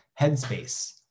Headspace